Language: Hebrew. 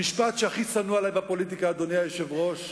המשפט שהכי שנוא עלי בפוליטיקה, אדוני היושב-ראש,